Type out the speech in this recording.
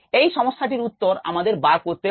এই সমস্যাটির উত্তর আমাদের বার করতে হবে